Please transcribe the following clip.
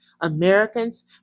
Americans